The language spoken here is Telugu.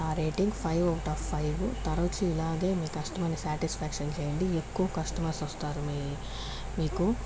నా rating five out of five తరచూ ఇలాగే మీ కష్టమర్స్ని సాటిస్ఫాక్షన్ చేయండి ఎక్కువ కస్టమర్స్ వస్తారు మీ మీకు